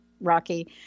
rocky